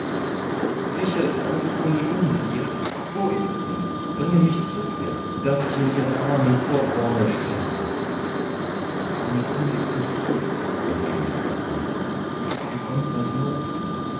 sicher ist also kunigunde hier wo ist sie bringe mich zu ihr daß ich in ihren armen vor wonne sterbe kunigunde ist nicht hier entgegnete kakambo sie ist in